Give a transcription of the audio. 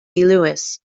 lewis